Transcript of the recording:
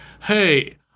Hey